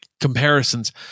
comparisons